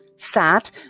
sad